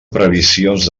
previsions